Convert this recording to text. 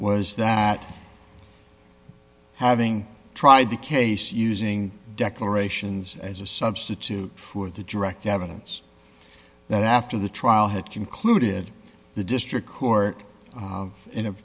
was that having tried the case using declarations as a substitute for the direct evidence that after the trial had concluded the district court in a